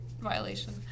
violation